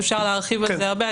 אפשר להרחיב את זה הרבה,